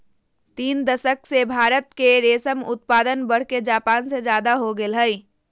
तीन दशक से भारत के रेशम उत्पादन बढ़के जापान से ज्यादा हो गेल हई